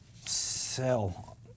Sell